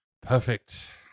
perfect